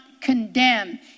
condemn